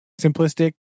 simplistic